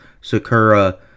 Sakura